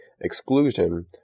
exclusion